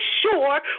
sure